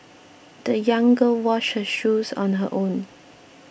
the young girl washed her shoes on her own